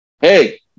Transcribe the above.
Hey